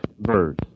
verse